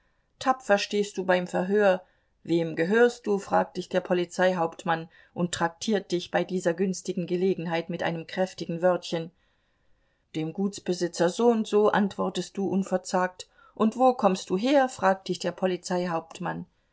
tapfer stehst du beim verhör wem gehörst du fragt dich der polizeihauptmann und traktiert dich bei dieser günstigen gelegenheit mit einem kräftigen wörtchen dem gutsbesitzer soundso antwortest du unverzagt und wo kommst du her fragt dich der